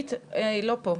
כן, בבקשה.